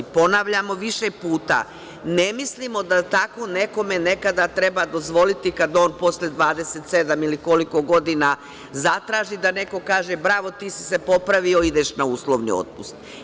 Ponavljamo više puta, ne mislimo da tako nekome nekada treba dozvoliti kad on posle 27 ili koliko godina zatraži da neko kaže – bravo, ti si se popravio, ideš na uslovni otpust.